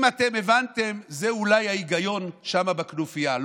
אם אתם הבנתם, זה אולי ההיגיון שם בכנופיה.